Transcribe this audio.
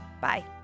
Bye